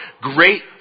Great